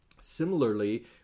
Similarly